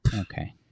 Okay